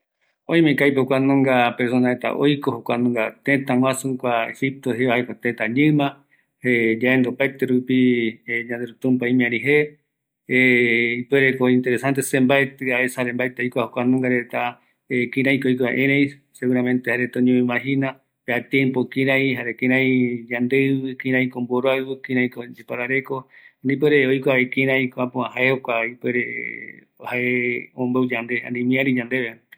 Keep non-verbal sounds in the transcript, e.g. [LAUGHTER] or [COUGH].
﻿Oimeko aipo kuanunga persona reta oiko jokuanunga tëtraguasu Egipto jeva, jaeko tëta ñima [HESITATION] yaendu opaerte rupi yanderu Tumpa imiari je [HESITATION] ipuereko inrteresante, se mbaerti aesa jare mbaeti aikua kuanungareta kiraiko oikova, erei, seguramente jaereta oñemoimagina, peatiempo kirai, jare kirai yande ivi, kiraiko mboroaiu, kiraiko yeparereko, ani ipuere oikuavi kiraiko apova, jae jokua [HESITATION] ipuere jae ombou yande ani imiari yande